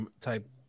type